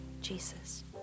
Jesus